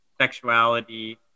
sexuality